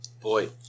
boy